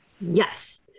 Yes